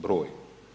Broj.